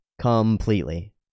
Completely